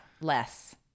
Less